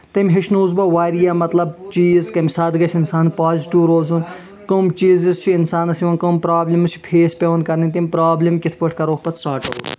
تٔمۍ ہٮ۪چھنووُس بہٕ واریاہ مطلب چیٖز کٔمہِ ساتہٕ گژھِ اِنسان پازیٹیو روزُن کٕم چیٖزِ چھِ اِنسانس یِوان کٕم پرٛابِلمزٕ چھِ فیٚس پٮ۪وان کَرنہِ تِم پرٛابِلمہٕ کَتھٕ پٲٹھۍ کَرہوکھ پَتہٕ ساٹ اَوُٹ